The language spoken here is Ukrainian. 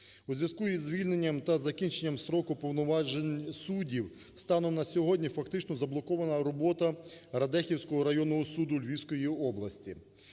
У зв'язку із звільненням та закінченням строку повноважень суддів станом на сьогодні фактично заблокована робота Радехівського районного суду Львівської області.